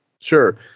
Sure